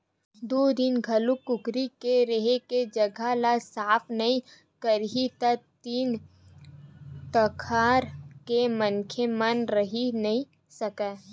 दू दिन कहूँ कुकरी के रेहे के जघा ल साफ नइ करही त तीर तखार के मनखे मन रहि नइ सकय